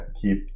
keep